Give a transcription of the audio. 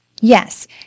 Yes